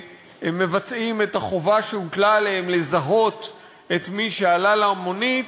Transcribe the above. מבצעים את החובה שהוטלה עליהם לזהות את מי שעלה למונית,